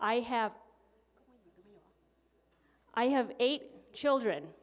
i have i have eight children